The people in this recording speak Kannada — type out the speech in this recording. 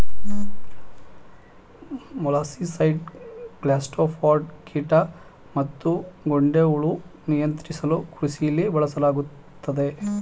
ಮೊಲಸ್ಸಿಸೈಡ್ ಗ್ಯಾಸ್ಟ್ರೋಪಾಡ್ ಕೀಟ ಮತ್ತುಗೊಂಡೆಹುಳು ನಿಯಂತ್ರಿಸಲುಕೃಷಿಲಿ ಬಳಸಲಾಗ್ತದೆ